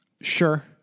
Sure